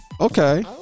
Okay